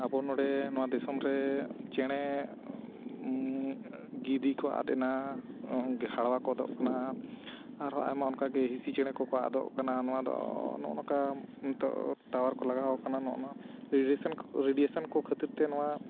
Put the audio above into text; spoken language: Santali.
ᱟᱵᱚ ᱱᱚᱰᱮ ᱱᱚᱣᱟ ᱫᱤᱥᱚᱢ ᱨᱮ ᱪᱮᱬᱮ ᱜᱤᱫᱤ ᱠᱚ ᱟᱫ ᱮᱱᱟ ᱜᱷᱮᱲᱣᱟ ᱠᱚ ᱟᱫᱚᱜ ᱠᱟᱱᱟ ᱟᱨᱦᱚᱸ ᱟᱭᱢᱟ ᱚᱱᱠᱟ ᱜᱮ ᱦᱤᱸᱥᱤ ᱪᱮᱬᱮ ᱠᱚᱠᱚ ᱟᱫᱚᱜ ᱠᱟᱱᱟ ᱱᱚᱣᱟ ᱫᱚ ᱱᱚᱜᱼᱚ ᱱᱚᱝᱠᱟ ᱱᱤᱛᱚᱜ ᱴᱟᱣᱟᱨ ᱠᱚ ᱞᱟᱜᱟᱣ ᱠᱟᱱᱟ ᱱᱚᱜᱼᱚ ᱰᱤᱭᱮᱥᱚᱱ ᱨᱮᱰᱤᱭᱮᱥᱚᱱ ᱠᱚ ᱠᱷᱟᱹᱛᱤᱨ ᱛᱮ ᱱᱚᱣᱟ